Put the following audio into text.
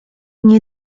nie